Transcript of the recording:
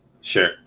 sure